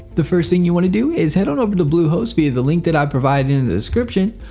the first thing you want to do is head on over to bluehost via the link that i provided in the description.